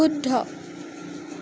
শুদ্ধ